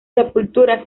sepultura